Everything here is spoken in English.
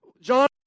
John